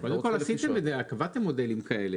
לא, קודם כל, עשיתם את זה, קבעתם מודלים כאלה.